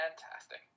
Fantastic